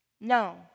No